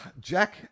Jack